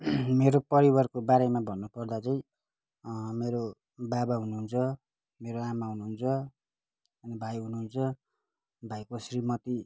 मेरो परिवारको बारेमा भन्नुपर्दा चाहिँ मेरो बाबा हुनुहुन्छ मेरो आमा हुनुहुन्छ अनि भाइ हुनुहुन्छ भाइको श्रीमती